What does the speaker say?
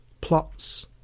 plots